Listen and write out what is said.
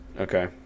Okay